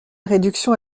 réduction